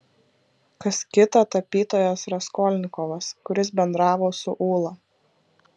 kas kita tapytojas raskolnikovas kuris bendravo su ūla